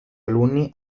alunni